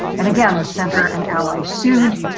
and again the center and allies sued.